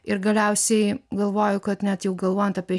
ir galiausiai galvoju kad net jau galvojant apie